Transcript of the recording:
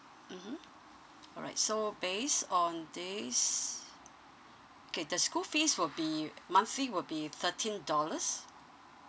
mmhmm alright so based on these okay the school fees will be monthly will be thirteen dollars